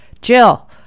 Jill